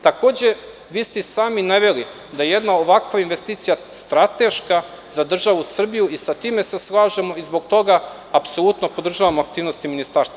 Takođe, vi ste i sami naveli da je jedna ovakva investicija strateška za državu Srbiju i sa time se slažemo i zbog toga apsolutno podržavamo aktivnosti Ministarstva.